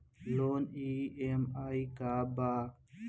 Loan EMI का बा?